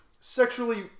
sexually